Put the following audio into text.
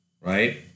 right